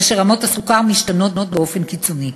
כאשר רמות הסוכר משתנות באופן קיצוני.